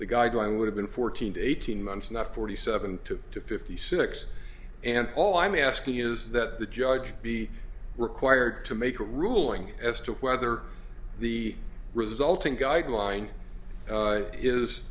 the guideline would have been fourteen to eighteen months not forty seven two to fifty six and all i'm asking is that the judge be required to make a ruling as to whether the resulting guideline